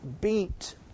beat